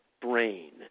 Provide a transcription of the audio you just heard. brain